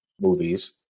movies